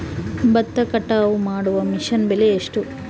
ಭತ್ತ ಕಟಾವು ಮಾಡುವ ಮಿಷನ್ ಬೆಲೆ ಎಷ್ಟು?